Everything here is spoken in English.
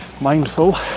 mindful